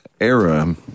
era